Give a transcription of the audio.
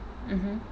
mmhmm